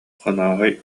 хонооһой